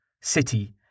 city